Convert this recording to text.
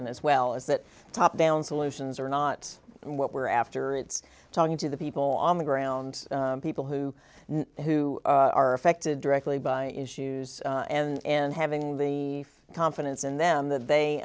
in as well is that top down solutions are not what we're after it's talking to the people on the ground people who know who are affected directly by issues and having the confidence in them that they